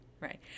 right